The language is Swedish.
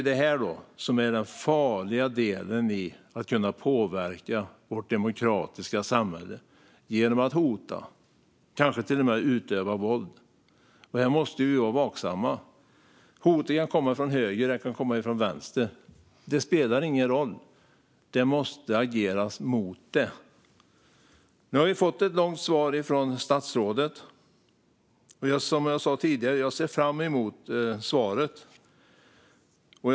Detta är den farliga delen av att man kan påverka vårt demokratiska samhälle. Det kan ske genom hot eller kanske till och med utövat våld. Vi måste vara vaksamma. Hot kan komma både från höger och vänster. Det spelar ingen roll. Man måste agera mot det. Jag fick ett långt svar från statsrådet. Som jag sa tidigare ser jag fram emot åtgärderna.